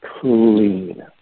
clean